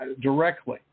directly